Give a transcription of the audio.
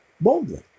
boldly